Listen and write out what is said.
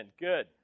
Good